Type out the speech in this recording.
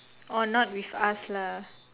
orh not with us lah